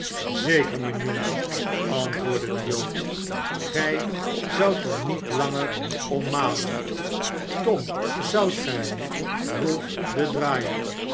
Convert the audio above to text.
zeker mijn jongen antwoordde de jood gij zoudt er niet langer om malen tom zoudt gij vroeg de draaier